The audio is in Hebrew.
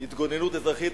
התגוננות אזרחית,